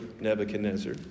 Nebuchadnezzar